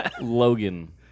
Logan